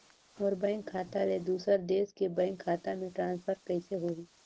मोर bank खाता ले दुसर देश के बैंक खाता मे ट्रांसफर कइसे होही?